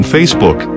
Facebook